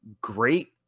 great